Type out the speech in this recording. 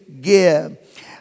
give